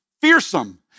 fearsome